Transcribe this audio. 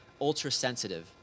ultra-sensitive